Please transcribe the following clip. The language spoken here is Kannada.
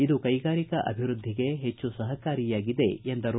ಇದು ಕೈಗಾರಿಕಾ ಅಭಿವೃದ್ದಿಗೆ ಹೆಚ್ಚು ಸಹಕಾರಿಯಾಗಿದೆ ಎಂದರು